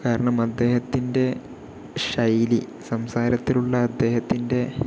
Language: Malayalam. കാരണം അദ്ദേഹത്തിൻ്റെ ശൈലി സംസാരത്തിലുള്ള അദ്ദേഹത്തിൻ്റെ